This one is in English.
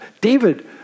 David